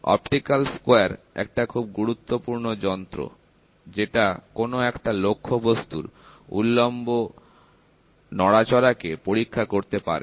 optical square একটা খুব গুরুত্বপূর্ণ যন্ত্র যেটা কোন একটা লক্ষ্যবস্তুর উলম্ব নড়াচড়া কে পরীক্ষা করতে পারে